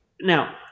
Now